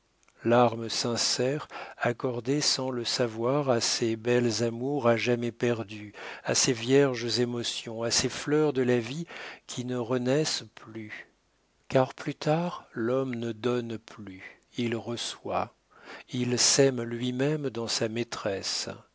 larmes sincères accordées sans le savoir à ces belles amours à jamais perdues à ces vierges émotions à ces fleurs de la vie qui ne renaissent plus car plus tard l'homme ne donne plus il reçoit il s'aime lui-même dans sa maîtresse